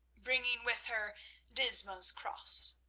bringing with her disma's cross.